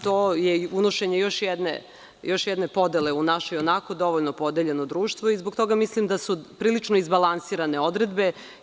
To je unošenje još jedne podele u naše i onako dovoljno podeljeno društvo i zbog toga mislim da su prilično izbalansirane odredbe.